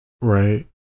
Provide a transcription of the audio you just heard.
right